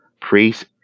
Priests